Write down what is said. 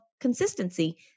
consistency